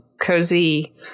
cozy